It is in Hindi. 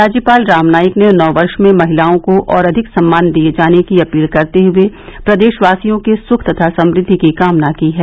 राज्यपाल राम नाईक ने नव वर्ष में महिलाओं को और अधिक सम्मान दिए जाने की अपील करते हुए प्रदेशवासियों के सुख तथा समृद्धि की कामना की है